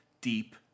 deep